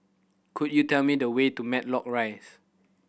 could you tell me the way to Matlock Rise